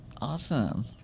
Awesome